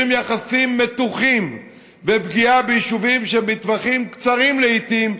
יחסים מתוחים ופגיעה ביישובים שהם בטווחים קצרים לעיתים,